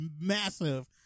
massive